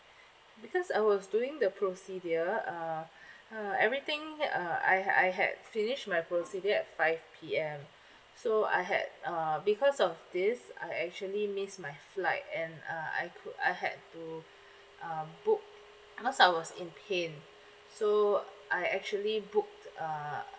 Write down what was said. because I was doing the procedure uh uh everything uh I I had finish my procedure at five P_M so I had uh because of this I actually miss my flight and uh I I had to um book because I was in pain so I actually book uh